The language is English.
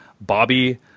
Bobby